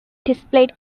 displayed